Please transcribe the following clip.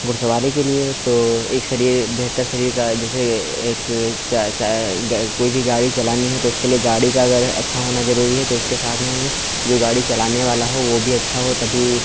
घुड़सवारी के लिए तो एक शरीर बेहतर शरीर का जैसे यह एक चा गर कोई भी गाड़ी चलानी हो तो उसके लिए गाड़ी का अगर अच्छा होना ज़रूरी है तो उसके साथ में ही जो गाड़ी चलाने वाला हो वह भी अच्छा हो तभी